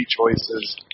choices